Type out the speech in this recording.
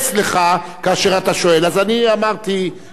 אז אני אמרתי כדי להסיר כל ספק מלב.